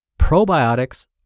probiotics